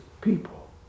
people